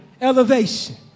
elevation